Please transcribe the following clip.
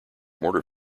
mortar